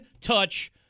touch